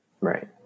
right